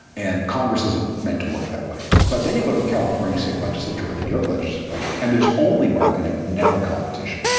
and congress isn't meant to work that way. but then you go to the california state legislature or the new york legislature, and there's only bargaining, never competition.